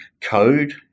code